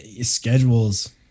schedules